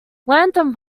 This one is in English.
latham